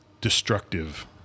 destructive